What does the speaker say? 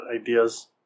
ideas